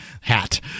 hat